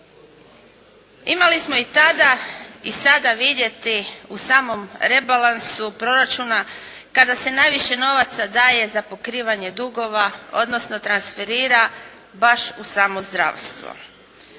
Imali smo i tada i sada vidjeti u samom rebalansu proračuna kada se najviše novaca daje za pokrivanje dugova, odnosno transferira baš u samo zdravstvo.